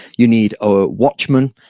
you need a watchman,